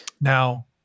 Now